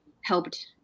helped